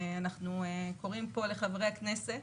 אנחנו קוראים כאן לחברי הכנסת